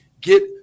Get